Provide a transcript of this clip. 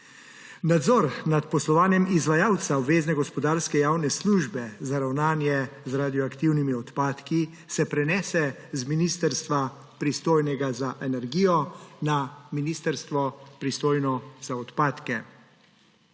Nadzor nad poslovanjem izvajalca obvezne gospodarske javne službe za ravnanje z radioaktivnimi odpadki se prenese z ministrstva, pristojnega za energijo, na ministrstvo pristojno za odpadke.